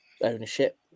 ownership